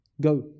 Go